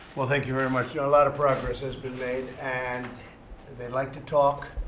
well, thank you very much. you know, a lot of progress has been made. and if they'd like to talk,